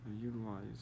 utilize